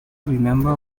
remember